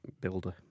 builder